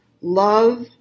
Love